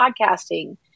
podcasting